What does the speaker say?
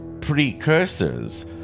precursors